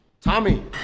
Tommy